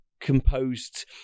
composed